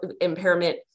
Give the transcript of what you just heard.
Impairment